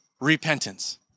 repentance